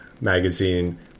magazine